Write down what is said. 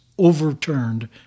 overturned